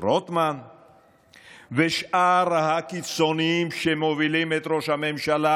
רוטמן ושאר הקיצוניים שמובילים את ראש הממשלה